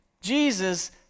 Jesus